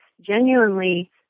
genuinely